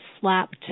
Slapped